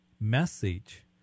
message